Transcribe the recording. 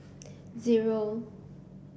zero